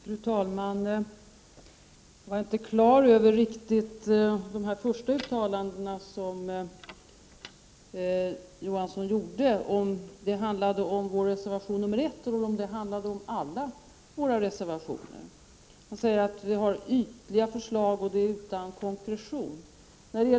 Fru talman! Jag är inte riktigt klar över om Kurt Ove Johanssons första uttalanden handlade om folkpartiets reservation 2 eller om alla våra reservationer. Han säger att vi har ytliga förslag, utan konkretion.